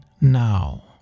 now